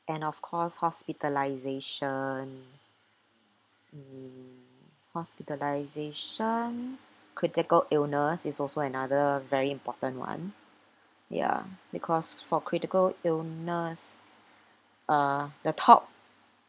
and of course hospitalisation um hospitalisation critical illness is also another very important one ya because for critical illness uh the top